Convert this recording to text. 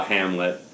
Hamlet